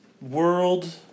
World